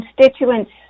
constituents